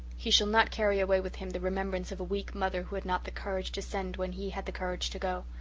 he shall not carry away with him the remembrance of a weak mother who had not the courage to send when he had the courage to go.